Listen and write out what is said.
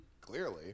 Clearly